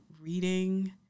reading